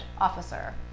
officer